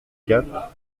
quatre